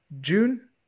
June